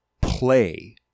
play